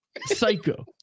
psycho